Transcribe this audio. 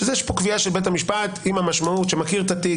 יש פה קביעה של בית המשפט עם המשמעות שמכיר את התיק,